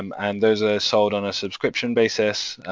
um and those are sold on a subscription basis,